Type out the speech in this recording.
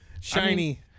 Shiny